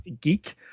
Geek